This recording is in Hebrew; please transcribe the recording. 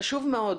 חשוב מאוד,